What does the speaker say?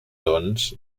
doncs